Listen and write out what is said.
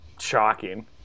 Shocking